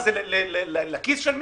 זה לכיס של מישהו?